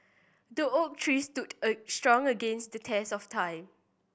the oak tree stood strong against the test of time